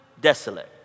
desolate